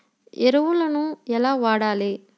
ఎరువులను ఎలా వాడాలి?